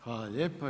Hvala lijepa.